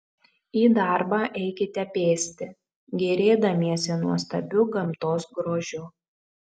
į darbą eikite pėsti gėrėdamiesi nuostabiu gamtos grožiu